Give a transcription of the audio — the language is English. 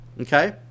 Okay